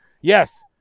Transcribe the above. Yes